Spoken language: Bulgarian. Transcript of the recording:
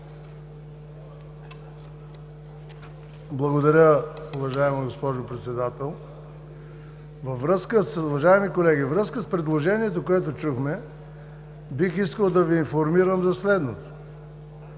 Благодаря, уважаема госпожо Председател. Уважаеми колеги, във връзка с предложението, което чухме, бих искал да Ви информирам за следното: